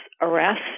arrest